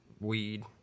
weed